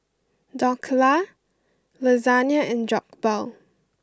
Dhokla Lasagne and Jokbal